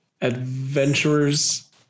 adventurers